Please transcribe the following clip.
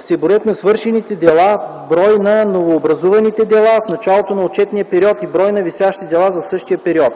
са броят на свършените дела, брой на новообразуваните дела в началото на отчетния период и брой на висящите дела за същия период.